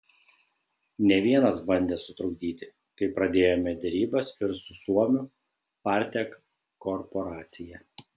ne vienas bandė sutrukdyti kai pradėjome derybas ir su suomių partek korporacija